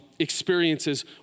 experiences